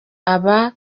aba